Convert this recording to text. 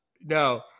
no